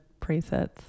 presets